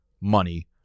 money